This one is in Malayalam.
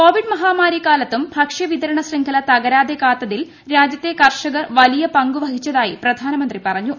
കോവിഡ് മഹാമാരി കാലത്തും ഭക്ഷ്യ വിതരണ ശൃംഖല തകരാതെ കാത്തിൽ രാജ്യത്തെ കർഷകർ വലിയ പങ്ക് വഹിച്ചതായി പ്രധാനമന്ത്രി പറഞ്ഞു